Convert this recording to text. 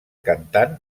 cantant